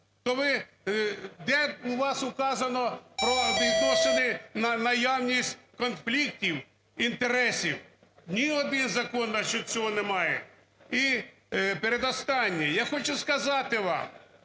Де у вас указано про відносини на наявність конфліктів інтересів? Ні один закон на счет цього не має. І передостаннє. Я хочу сказати вам,